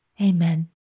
Amen